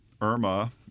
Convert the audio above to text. IRMA